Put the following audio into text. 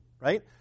right